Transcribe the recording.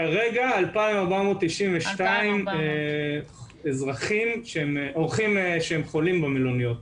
כרגע 2,492 אורחים שהם חולים במלוניות.